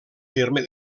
terme